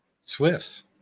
Swifts